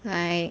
like